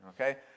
Okay